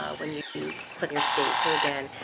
when you click your state. so again,